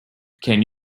can